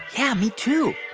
yeah, me too.